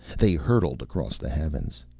they hurtled across the heavens.